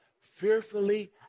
fearfully